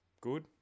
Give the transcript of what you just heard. good